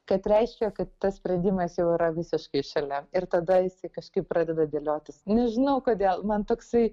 kad reiškia kad tas sprendimas jau yra visiškai šalia ir tada jisai kažkaip pradeda dėliotis nežinau kodėl man toksai